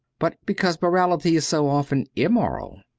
but because morality is so often immoral.